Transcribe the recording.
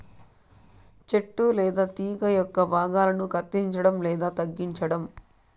చెట్టు లేదా తీగ యొక్క భాగాలను కత్తిరించడం లేదా తగ్గించటం